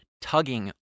tugging